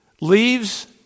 leaves